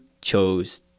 chose